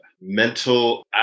mental